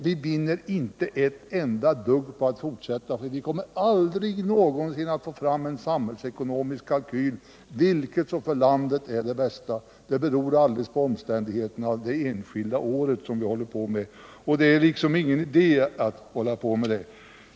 Vi vinner inte ett enda dugg med att fortsätta det här arbetet, för vi kommer aldrig någonsin att kunna få fram en samhällsekonomisk kalkyl som redovisar vilket som för landet är det bästa — det beror alldeles på omständigheterna under varje enskilt år, och det är därför ingen idé att hålla på med det.